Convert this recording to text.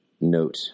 Note